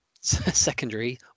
secondary